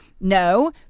No